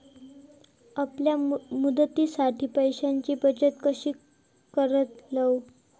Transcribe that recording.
अल्प मुदतीसाठी पैशांची बचत कशी करतलव?